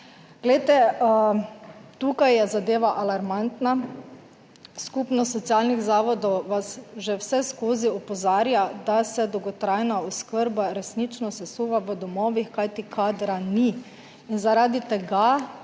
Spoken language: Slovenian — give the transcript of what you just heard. Glejte, tukaj je zadeva alarmantna. Skupnost socialnih zavodov vas že vseskozi opozarja, da se dolgotrajna oskrba resnično sesuva v domovih, kajti kadra ni. In zaradi tega